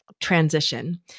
transition